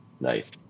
Nice